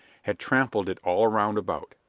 had trampled it all around about.